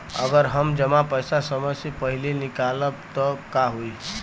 अगर हम जमा पैसा समय से पहिले निकालब त का होई?